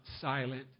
silent